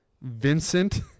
Vincent